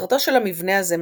מטרתו של המבנה הזה,